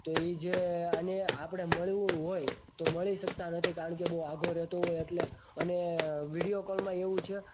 તો એ જે અને આપણે મળવું હોય તો મળી શકતા નથી કારણ કે બહુ આઘો રહેતો હોય એટલે અને વિડીયો કોલમાં એવું છે